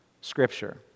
Scripture